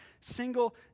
single